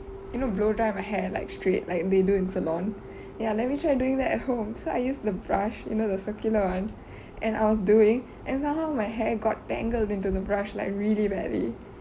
you know blow dry my hair like straight like they do in salon ya let me try doing that at home so I use the brush you know the circular one and I was doing and somehow my hair got tangled into the brush like really badly